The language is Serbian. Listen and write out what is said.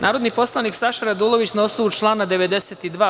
Narodni poslanik Saša Radulović, na osnovu člana 92.